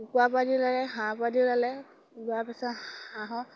কুকুৰা পোৱালি ওলালে হাঁহ পোৱালি ওলালে ওলোৱাৰ পিছত হাঁহৰ